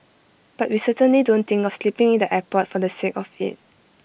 but we certainly don't think of sleeping in the airport for the sake of IT